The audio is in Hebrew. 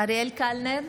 אריאל קלנר,